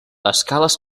escales